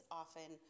often